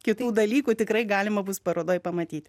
kitų dalykų tikrai galima bus parodoj pamatyt